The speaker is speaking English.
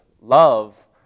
love